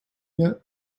yet